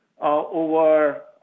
over